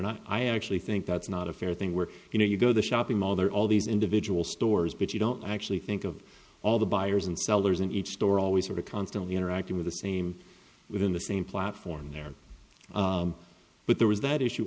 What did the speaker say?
not i actually think that's not a fair thing where you know you go the shopping mall there are all these individual stores but you don't actually think of all the buyers and sellers in each store always sort of constantly interacting with the same within the same platform there but there was that issue